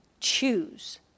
Choose